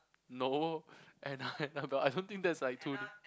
no and uh and uh don't I don't think that's like too